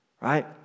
right